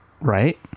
Right